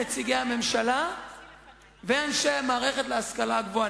נציגי הממשלה ואנשי המערכת להשכלה הגבוהה,